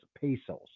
pesos